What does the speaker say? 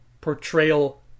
portrayal